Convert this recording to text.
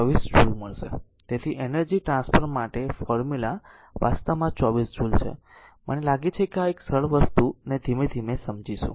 તેથી energy transfer માટે formula વાસ્તવમાં 24 જૂલ છે મને લાગે છે કે આ એક સરળ વસ્તુ ને ધીમે ધીમે સમજીશું